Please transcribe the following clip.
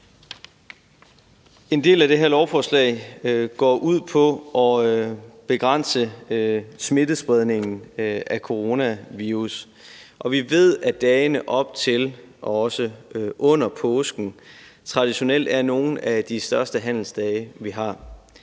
En del af det her lovforslag går ud på at begrænse smittespredningen af coronavirus, og vi ved, at dagene op til og også under påsken traditionelt er nogle af de største handelsdage, vi har.